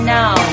now